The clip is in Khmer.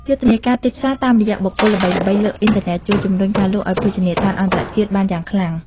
យុទ្ធនាការទីផ្សារតាមរយៈបុគ្គលល្បីៗលើអ៊ីនធឺណិត ជួយជម្រុញការលក់ឱ្យភោជនីយដ្ឋានអន្តរជាតិបានយ៉ាងខ្លាំង។